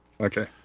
Okay